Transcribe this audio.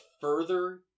further